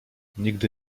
nigdy